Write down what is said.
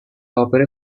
opere